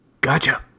Gotcha